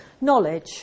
knowledge